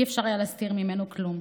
לא היה אפשר להסתיר ממנו כלום,